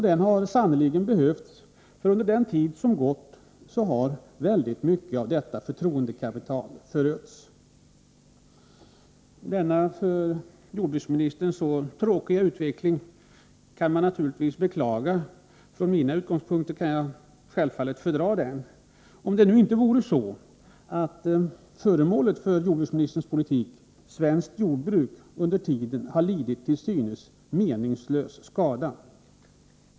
Den har sannerligen behövts, för under den tid som gått har mycket av detta förtroendekapital förötts. Denna för jordbruksministern så tråkiga utveckling kan man naturligtvis beklaga. Från mina utgångspunkter skulle jag självfallet kunna fördra den, om det inte vore så att föremålet för jordbruksministerns politik, svenskt jordbruk, under tiden har lidit till synes meningslös skada.